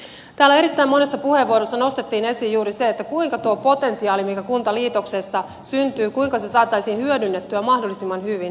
täällä erittäin monessa puheenvuorossa nostettiin esiin juuri se kuinka tuo potentiaali joka kuntaliitoksesta syntyy saataisiin hyödynnettyä mahdollisimman hyvin